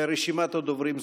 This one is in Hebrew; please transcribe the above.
רשימת הדוברים סגורה.